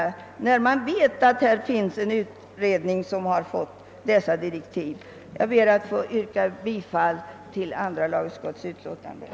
Det finns ju en utredning som har fått direktiv att göra detta. Herr talman! Jag ber att få yrka bifall till andra lagutskottets hemställan.